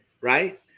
right